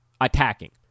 attacking